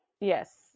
Yes